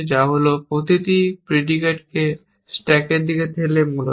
যা হল প্রতিটি প্রিডিকেটকে স্ট্যাকের দিকে ঠেলে মূলত